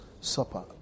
Supper